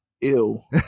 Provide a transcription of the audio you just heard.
ill